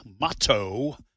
motto